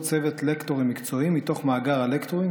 צוות לקטורים מקצועיים מתוך מאגר הלקטורים,